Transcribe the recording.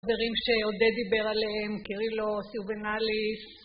חברים שעודד דיבר עליהם, קרילוס, יוגנאליס